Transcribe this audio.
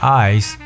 eyes